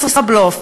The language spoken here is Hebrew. ישראבלוף,